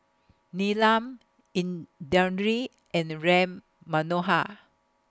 Neelam Indranee and Ram Manohar